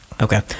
Okay